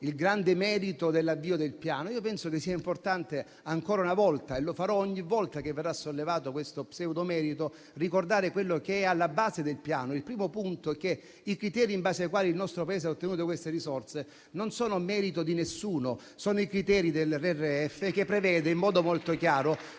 il grande merito dell'avvio del Piano. Io penso che sia importante ancora una volta, e lo farò ogni volta che verrà sollevato questo pseudo-merito, ricordare quello che è alla base del Piano, ovvero che i criteri in base ai quali il nostro Paese ha ottenuto queste risorse non sono merito di nessuno, sono i criteri dettati dal Regolamento che